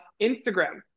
instagram